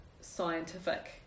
scientific